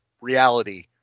reality